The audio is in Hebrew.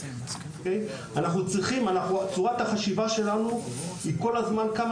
צורת החשיבה שלנו היא כל הזמן כמה שיותר יותר טוב.